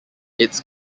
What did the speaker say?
its